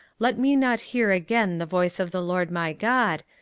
let me not hear again the voice of the lord my god,